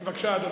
בבקשה, אדוני.